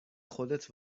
خودت